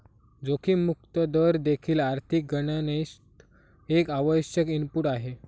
जोखीम मुक्त दर देखील आर्थिक गणनेत एक आवश्यक इनपुट आहे